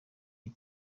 iyi